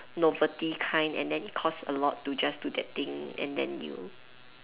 novelty kind and then it costs a lot to just do that thing and then you